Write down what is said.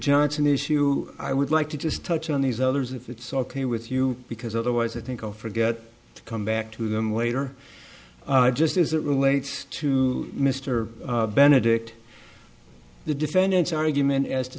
johnson issue i would like to just touch on these others if it's ok with you because otherwise i think i'll forget to come back to them later just as it relates to mr benedict the defendant's argument as to